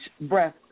breath